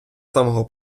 самого